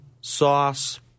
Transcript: sauce